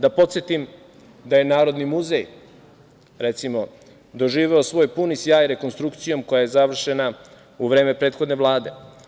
Da podsetim da je Narodni muzej, recimo, doživeo svoj puni sjaj rekonstrukcijom koja je završena u vreme prethodne Vlade.